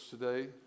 today